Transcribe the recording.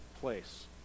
place